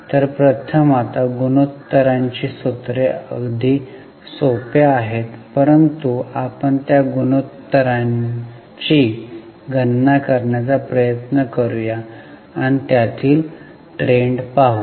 तर प्रथम आता गुणोत्तरांची सूत्रे अगदी सोप्या आहेत परंतु आपण त्या गुणोत्तरांची गणना करण्याचा प्रयत्न करूया आणि त्यातील ट्रेंड पाहू